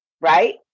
right